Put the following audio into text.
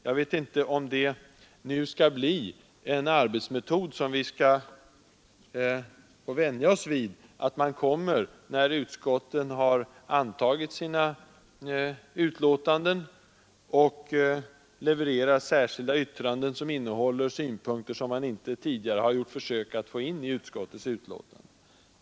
Jag vet inte om det skall bli en arbetsmetod som vi får vänja oss vid, att man, efter det att utskotten har antagit sina betänkanden, levererar särskilda yttranden som innehåller synpunkter vilka man inte tidigare har gjort försök att få in i utskottens text.